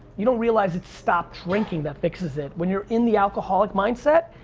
you don't realize it's stop drinking that fixes it. when you're in the alcoholic mindset,